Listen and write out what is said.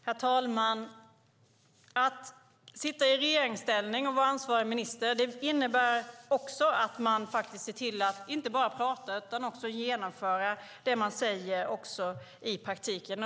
Herr talman! Att sitta i regeringsställning och vara ansvarig minister innebär också att man ser till att inte bara prata utan också genomföra det man säger i praktiken.